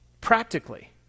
practically